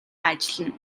ажиллана